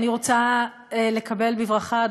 אני רוצה לקבל בברכה,